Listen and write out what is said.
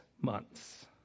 months